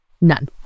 None